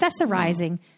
accessorizing